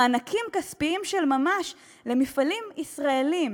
מענקים כספיים של ממש למפעלים ישראליים